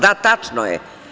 Da, tačno je.